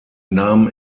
nahmen